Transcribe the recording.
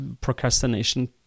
procrastination